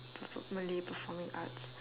malay performing arts